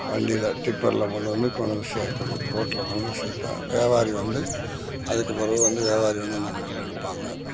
வண்டியில் டிப்பரில் கொண்டு வந்து கொண்டு வந்து சேர்க்கணும் ரோட்டில் கொண்டாந்து சேர்த்தா வியாபாரி வந்து அதுக்கு பெறவு வந்து வியாபாரி வந்து இந்த நெல்லை எடுப்பாங்க